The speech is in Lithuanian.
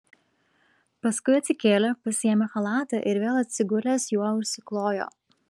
paskui atsikėlė pasiėmė chalatą ir vėl atsigulęs juo užsiklojo